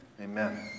Amen